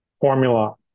formula